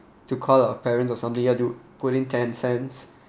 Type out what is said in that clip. to call our parents or somebody you have to put in ten cents